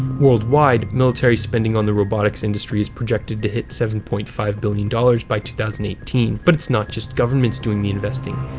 worldwide, military spending on the robotics industry is projected to hit seven point five billion dollars by two thousand and eighteen. but its not just governments doing the investing.